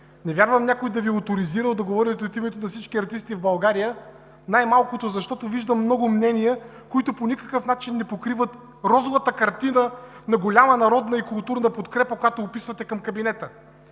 Не вярвам някой да Ви е оторизирал да говорите от името на всички артисти в България, най-малкото защото виждам много мнения, които по никой начин не покриват розовата картина на голяма народна и културна подкрепа, която описвате към кабинета.